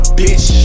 bitch